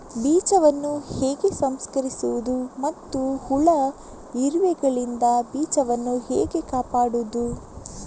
ಬೀಜವನ್ನು ಹೇಗೆ ಸಂಸ್ಕರಿಸುವುದು ಮತ್ತು ಹುಳ, ಇರುವೆಗಳಿಂದ ಬೀಜವನ್ನು ಹೇಗೆ ಕಾಪಾಡುವುದು?